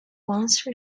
once